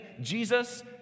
Jesus